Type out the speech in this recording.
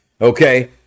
okay